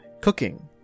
cooking